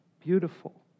beautiful